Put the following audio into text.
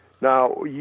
Now